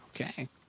Okay